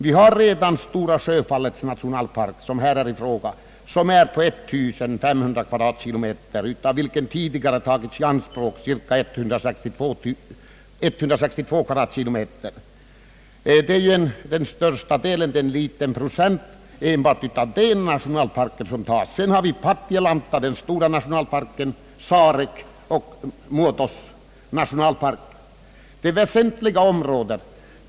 Vi har redan Stora Sjöfallets nationalpark — som här är i fråga — på 1500 kvadratkilometer, av vilken tidigare har tagits i anspråk cirka 160 kvadratkilometer. Det är ju en liten del av nationalparkerna. Sedan har vi Patjelanta, den stora nationalparken Sarek och Muodos nationalpark. Det är väsentliga områden.